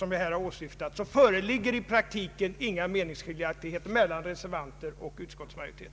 Om så sker, föreligger i praktiken ingen meningsskiljaktighet mellan reservanter och utskottsmajoritet.